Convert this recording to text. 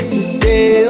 Today